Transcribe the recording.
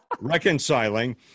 reconciling